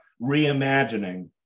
Reimagining